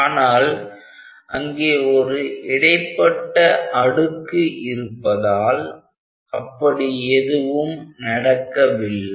ஆனால் அங்கே ஒரு இடைப்பட்ட அடுக்கு இருப்பதால் அப்படி எதுவும் நடக்கவில்லை